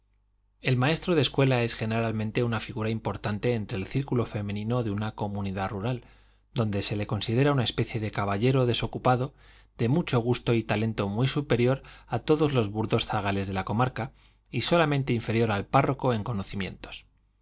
el maestro de escuela es generalmente una figura importante entre el círculo femenino de una comunidad rural donde se le considera una especie de caballero desocupado de mucho gusto y talento muy superior a todos los burdos zagales de la comarca y solamente inferior al párroco en conocimientos